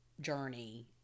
journey